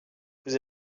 vous